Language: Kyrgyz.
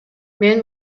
мен